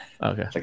Okay